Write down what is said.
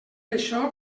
això